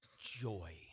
joy